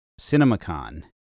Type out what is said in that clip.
CinemaCon